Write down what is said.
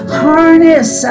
harness